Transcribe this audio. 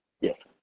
Yes